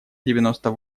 девяносто